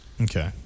Okay